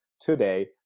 today